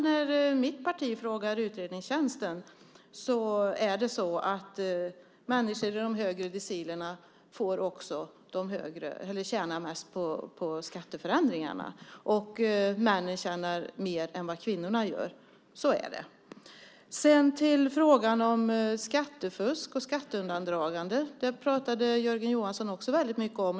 När mitt parti frågar utredningstjänsten tjänar människor i de högre decilerna mest på skatteförändringarna, och männen tjänar mer än vad kvinnorna gör. Så är det. Jörgen Johansson pratade också väldigt mycket om frågan om skattefusk och skatteundandragande.